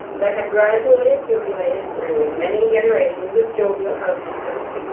that had gradually accumulated through many generations of jovial housekeepers.